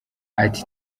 ati